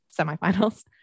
semifinals